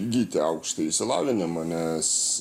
įgyti aukštąjį išsilavinimą nes